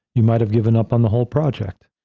you might have given up on the whole project.